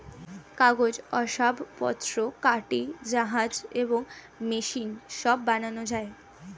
কাগজ, আসবাবপত্র, কাঠি, জাহাজ এবং মেশিন সব বানানো যায়